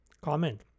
Comment